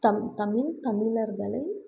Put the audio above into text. தமிழ் தமிழர்களை